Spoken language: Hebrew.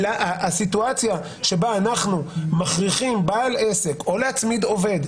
הסיטואציה שבה אנחנו מכריחים בעל עסק או להצמיד עובד,